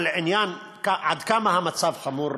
עד כמה המצב חמור,